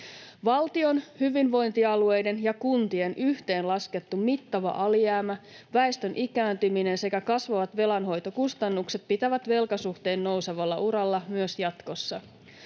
Valtion, hyvinvointialueiden ja kuntien yhteenlaskettu mittava alijäämä, väestön ikääntyminen sekä kasvavat velanhoitokustannukset pitävät velkasuhteen nousevalla uralla myös jatkossa.